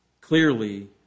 clearly